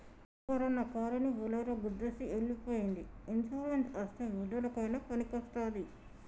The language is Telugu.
శంకరన్న కారుని బోలోరో గుద్దేసి ఎల్లి పోయ్యింది ఇన్సూరెన్స్ అస్తే బిడ్డలకయినా పనికొస్తాది